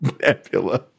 Nebula